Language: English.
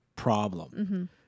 Problem